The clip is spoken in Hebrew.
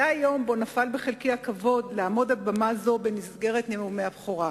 נפל בחלקי הכבוד לעמוד על במה זו במסגרת נאומי בכורה.